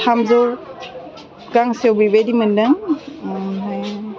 थामजौ गांसेयाव बेबायदि मोनदों ओमफ्राय